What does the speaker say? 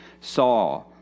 saw